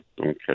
okay